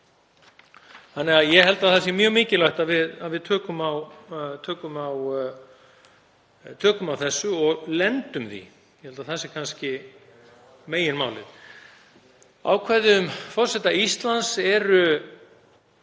til tíma. Ég held því að það sé mjög mikilvægt að við tökum á þessu og lendum því. Ég held að það sé kannski meginmálið. Ákvæði um forseta Íslands eru